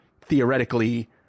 theoretically